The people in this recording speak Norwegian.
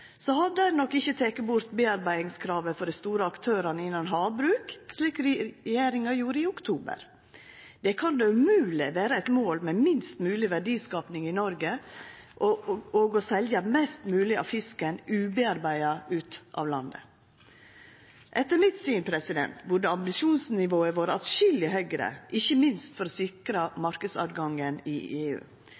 hadde ein nok ikkje teke bort bearbeidingskravet for dei store aktørane innan havbruk, slik regjeringa gjorde i oktober. Det kan då umogleg vera eit mål med minst mogleg verdiskaping i Noreg og å selja mest mogleg av fisken ubearbeidd ut av landet. Etter mitt syn burde ambisjonsnivået vore atskilleg høgare, ikkje minst for å sikra marknadstilgangen i EU